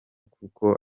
kuko